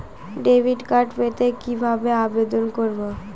Debit card পেতে কি ভাবে আবেদন করব?